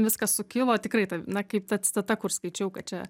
viskas sukilo tikrai na kaip ta citata kur skaičiau kad čia